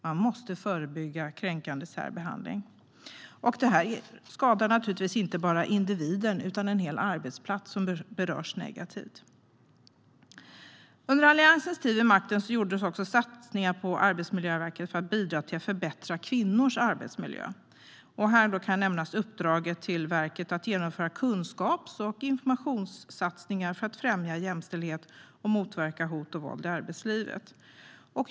Man måste förebygga kränkande särbehandling, som inte bara skadar individen utan berör hela arbetsplatsen negativt. Under Alliansens tid vid makten gjordes satsningar på Arbetsmiljöverket för att bidra till att förbättra kvinnors arbetsmiljö. Här kan nämnas uppdraget till verket att genomföra kunskaps och informationssatsningar för att främja jämställdhet och motverka hot och våld i arbetslivet.